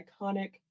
iconic